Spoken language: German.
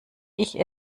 ich